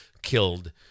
Killed